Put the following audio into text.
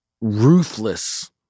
ruthless